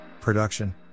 production